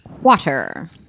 Water